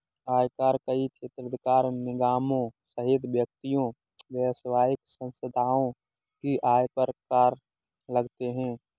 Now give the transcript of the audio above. आयकर कई क्षेत्राधिकार निगमों सहित व्यक्तियों, व्यावसायिक संस्थाओं की आय पर कर लगाते हैं